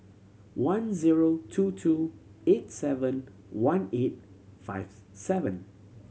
one zero two two eight seven one eight five seven